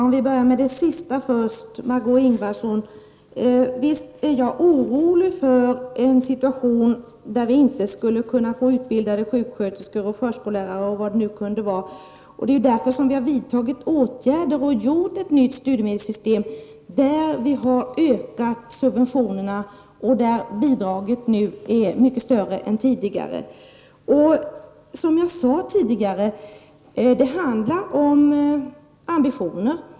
Herr talman! Jag vill börja med det sist sagda. Visst är jag orolig för en situation där vi inte kan få utbildade sjuksköterskor, förskollärare och vad det nu kan vara, Margö Ingvardsson. Det är därför som vi har vidtagit åtgärder och infört ett nytt studiemedelssystem med ökade subventioner där bidraget nu är mycket större än vad det var tidigare. Som jag förut sade handlar det om ambitioner.